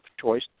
choice